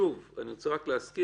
שוב, אני רוצה להזכיר,